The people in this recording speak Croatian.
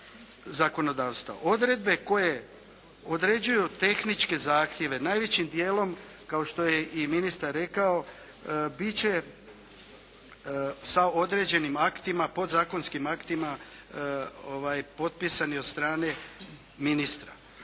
Odredbe koje određuju tehničke zahtjeve najvećim dijelom kao što je i ministar rekao, biti će sa određenim aktima, podzakonskim aktima potpisani od strane ministra.